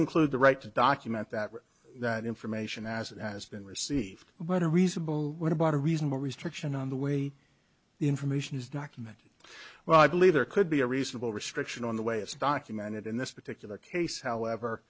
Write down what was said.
include the right to document that that information as it has been received but a reasonable what about a reasonable restriction on the way the information is documented well i believe there could be a reasonable restriction on the way it's documented in this particular case however